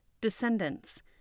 Descendants